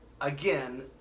again